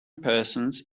persons